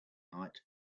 night